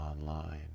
Online